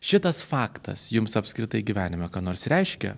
šitas faktas jums apskritai gyvenime ką nors reiškia